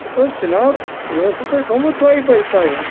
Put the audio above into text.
ہَتہٕ حظ جِناب مےٚ اوسوٕ تۄہہِ تھوٚمُت دۄیہِ بَجہِ ٹایِم